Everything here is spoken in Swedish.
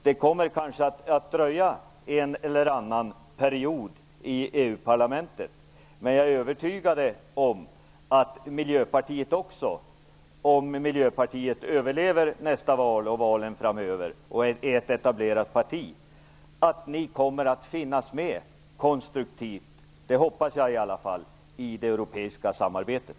Det kommer kanske att dröja tills man suttit en eller annan period i EU parlamentet, men jag är övertygad om att även Miljöpartiet, om det överlever valen framöver och är ett etablerat parti, kommer att finnas med och konstruktivt delta i det europeiska samarbetet. Det hoppas jag i alla fall.